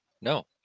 No